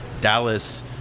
Dallas